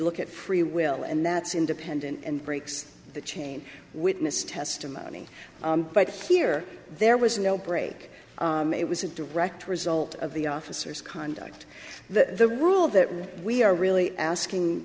look at free will and that's independent and breaks the chain witness testimony but here there was no break it was a direct result of the officers conduct the the rule that we are really asking